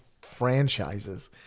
franchises